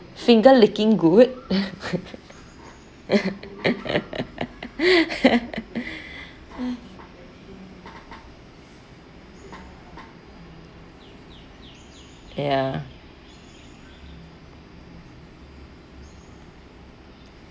finger licking good ya